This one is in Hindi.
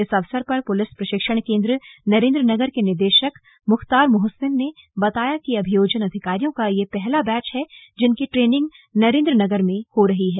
इस अवसर पर पुलिस प्रशिक्षण केन्द्र नरेन्द्र नगर के निदेशक मुख्तार मोहसिन ने बताया कि अभियोजन अधिकारियों का यह पहला बैच है जिनकी ट्रेनिंग नरेन्द्र नगर में हो रही है